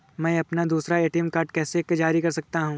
मैं अपना दूसरा ए.टी.एम कार्ड कैसे जारी कर सकता हूँ?